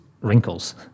wrinkles